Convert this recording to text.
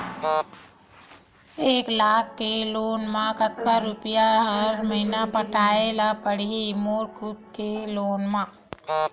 एक लाख के लोन मा कतका रुपिया हर महीना पटाय ला पढ़ही मोर खुद ले लोन मा?